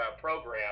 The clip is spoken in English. program